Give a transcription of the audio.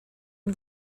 ein